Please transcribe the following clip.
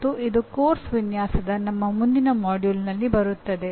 ಮತ್ತು ಇದು ಪಠ್ಯಕ್ರಮ ವಿನ್ಯಾಸದ ನಮ್ಮ ಮುಂದಿನ ಪಠ್ಯಕ್ರಮದಲ್ಲಿ ಬರುತ್ತದೆ